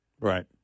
Right